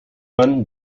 man